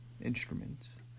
instruments